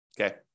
Okay